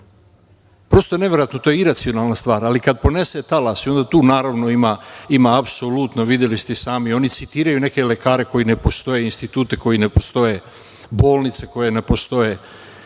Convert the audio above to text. Prosto je neverovatno, to je iracionalna stvar. Ali kad ponese talas, i onda tu, naravno, ima apsolutno, videli ste i sami, oni citiraju neke lekare koji ne postoje, institute koji ne postoje, bolnice koje ne postoje